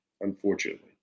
unfortunately